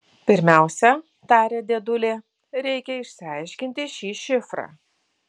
pirmiausia tarė dėdulė reikia išsiaiškinti šį šifrą